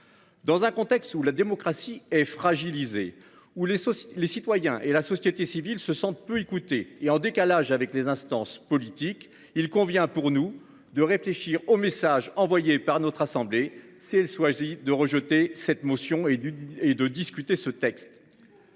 Dans un contexte où la démocratie est fragilisée, ou les sociétés, les citoyens et la société civile se sentent peu écouté et en décalage avec les instances politiques, il convient pour nous de réfléchir au message envoyé par notre assemblée si elle choisit de rejeter cette motion et du et de discuter ce texte.